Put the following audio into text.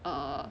err